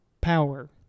power